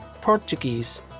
Portuguese